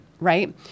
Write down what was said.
right